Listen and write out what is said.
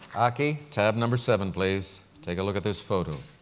aki, tab number seven, please. take a look at this photo.